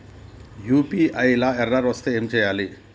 UPI లా error వస్తే ఏం చేయాలి?